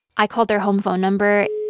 i called their home phone number,